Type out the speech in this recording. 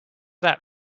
that